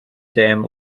dam